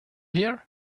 here